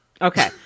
okay